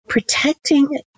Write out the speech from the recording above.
Protecting